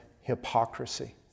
hypocrisy